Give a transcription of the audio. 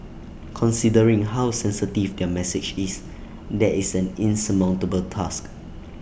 considering how sensitive their message is that is an insurmountable task